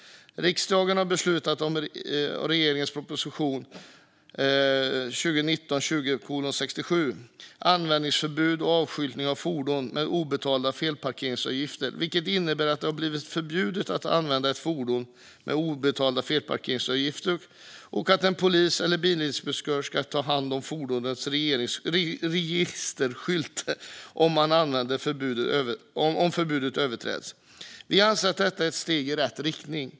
Riksdagen har beslutat om regeringens proposition 2019/20:67 Användningsförbud och avskyltning av fordon med obetalda felparkeringsavgifter . Det innebär att det har blivit förbjudet att använda ett fordon med obetalda felparkeringsavgifter och att en polis eller en bilinspektör ska ta hand om fordonets registreringsskylt om användningsförbudet överträds. Vi anser att detta är ett steg i rätt riktning.